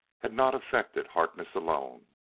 had not affected harkness alone.